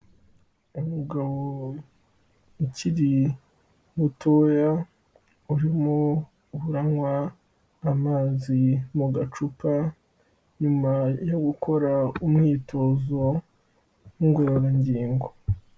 Umugabo ukiri mutoya urimo uranywa amazi mu gacupa nyuma yo gukora umwitozo w'ingororangingo.